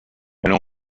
elle